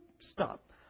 Stop